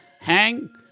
hang